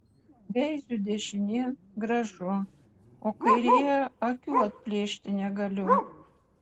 veiziu dešinėn gražu o kairėje akių atplėšti negaliu